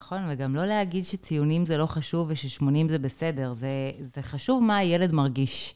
נכון, וגם לא להגיד שציונים זה לא חשוב וששמונים זה בסדר, זה חשוב מה הילד מרגיש.